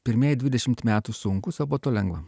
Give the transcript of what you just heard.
pirmieji dvidešimt metų sunkūs o po to lengva